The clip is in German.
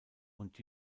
und